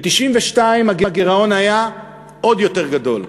ב-1992 הגירעון היה עוד יותר גדול,